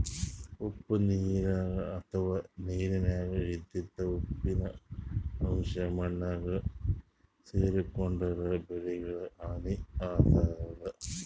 ಉಪ್ಪ್ ನೀರ್ ಅಥವಾ ನೀರಿನ್ಯಾಗ ಇದ್ದಿದ್ ಉಪ್ಪಿನ್ ಅಂಶಾ ಮಣ್ಣಾಗ್ ಸೇರ್ಕೊಂಡ್ರ್ ಬೆಳಿಗಳಿಗ್ ಹಾನಿ ಆತದ್